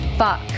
Fuck